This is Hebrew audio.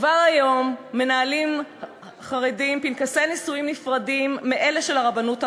כבר היום מנהלים חרדים פנקסי נישואים נפרדים מאלה של הרבנות הראשית,